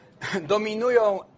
Dominują